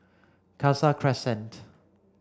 Khalsa Crescent